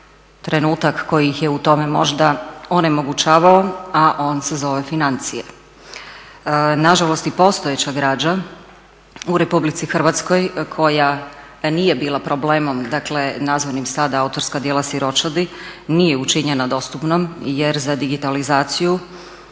trenutak koji ih je u tome možda onemogućavao, a on se zove financije. Nažalost i postojeća građa u RH koja nije bila problemom dakle nazvanim sada autorska djela siročadi, nije učinjena dostupnom jer za digitalizaciju